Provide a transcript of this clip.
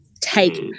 take